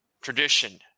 tradition